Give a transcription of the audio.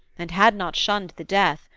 and had not shunned the death,